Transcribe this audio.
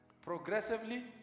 Progressively